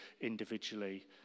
individually